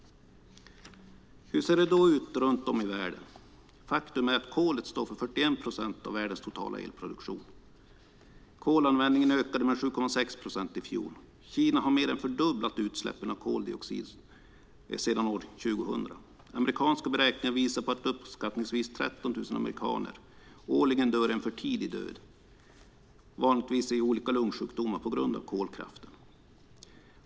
Hur ser det då ut runt om i världen? Faktum är att kolet står för 41 procent av världens totala elproduktion. Kolanvändningen ökade med 7,6 procent i fjol. Kina har mer än fördubblat utsläppen av koldioxid sedan år 2000. Amerikanska beräkningar visar att uppskattningsvis 13 000 amerikaner årligen dör en för tidig död, vanligtvis i olika lungsjukdomar, på grund av kolkraften.